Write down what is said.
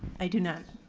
i do not.